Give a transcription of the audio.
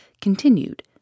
continued